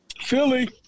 Philly